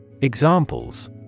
Examples